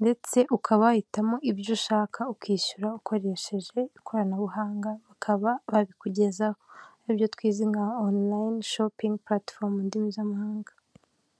ndetse ukaba wahitamo ibyo ushaka ukishyura ukoresheje ikoranabuhanga, bakaba babikugezaho aribyo twize nka onirayini shopingi puratifomu mu ndimi z'amahanga.